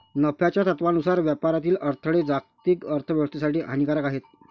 नफ्याच्या तत्त्वानुसार व्यापारातील अडथळे जागतिक अर्थ व्यवस्थेसाठी हानिकारक आहेत